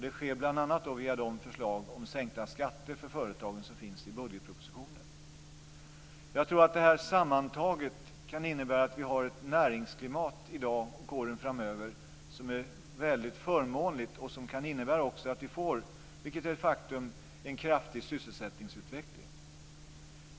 Det sker bl.a. via de förslag om sänkta skatter för företagen som finns i budgetpropositionen. Jag tror att det här sammantaget kan innebära att vi i dag och åren framöver har ett näringsklimat som är väldigt förmånligt och att vi får en kraftig sysselsättningsutveckling.